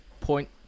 point